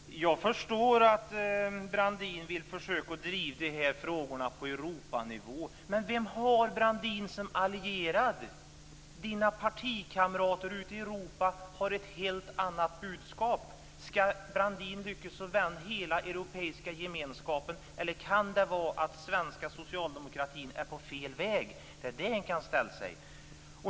Fru talman! Jag förstår att Brandin vill försöka driva de här frågorna på Europanivå. Men vem har Brandin som allierad? Hans partikamrater ute i Europa har ett helt annat budskap. Skall Brandin lyckas vända hela Europeiska gemenskapen? Eller kan det vara så att den svenska socialdemokratin är på fel väg? Det är den frågan man kan ställa sig.